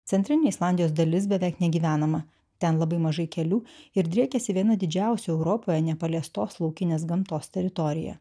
centrinė islandijos dalis beveik negyvenama ten labai mažai kelių ir driekiasi viena didžiausių europoje nepaliestos laukinės gamtos teritorija